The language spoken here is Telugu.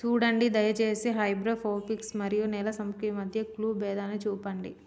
సూడండి దయచేసి హైడ్రోపోనిక్స్ మరియు నేల సంస్కృతి మధ్య క్లుప్త భేదాన్ని సూపండి